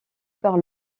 par